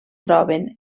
troben